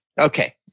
Okay